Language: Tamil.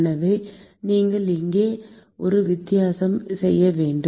எனவே நீங்கள் இங்கே ஒரு வித்தியாசம் செய்ய வேண்டும்